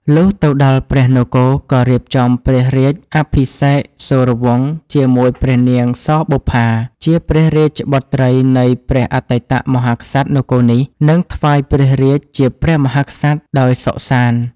លុះទៅដល់ព្រះនគរ ក៏រៀបចំព្រះរាជអភិសេកសូរវង្សជាមួយព្រះនាងសបុប្ផា ជាព្រះរាជបុត្រីនៃព្រះអតីតមហាក្សត្រនគរនេះ និងថ្វាយរាជ្យជាព្រះមហាក្សត្រដោយសុខសាន្ត។